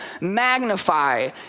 magnify